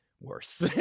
worse